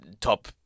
top